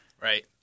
Right